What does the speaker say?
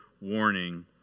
warning